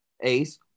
ace